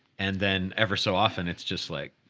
and then ever so often it's just like,